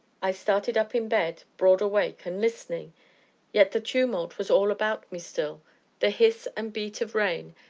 i started up in bed, broad awake, and listening yet the tumult was all about me still the hiss and beat of rain,